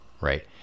right